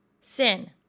sin